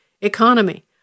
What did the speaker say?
economy